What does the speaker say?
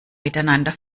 miteinander